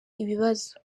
ibibazo